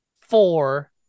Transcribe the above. four